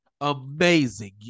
Amazing